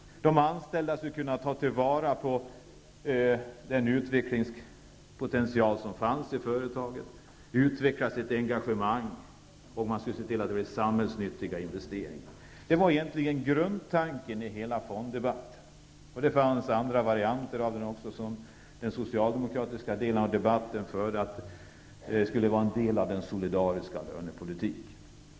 Tanken var att de anställda skulle kunna ta till vara den utvecklingspotential som fanns i företaget och utveckla sitt engagemang, och man skulle se till att det blev samhällsnyttiga investeringar. Det var egentligen grundtankarna i hela fonddebatten. Det fanns också andra varianter av debatten. Socialdemokraterna menade att detta skulle utgöra en del av den solidariska lönepolitiken.